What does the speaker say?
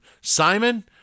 Simon